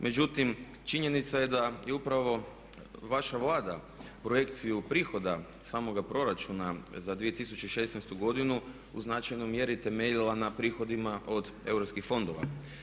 Međutim, činjenica je da je upravo vaša Vlada projekciju prihoda samoga proračuna za 2016. godinu u značajnoj mjeri temeljila na prihodima od europskih fondova.